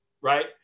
right